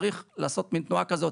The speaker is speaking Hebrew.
צריך לעשות מין תנועה כזאת.